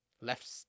left